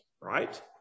right